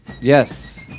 Yes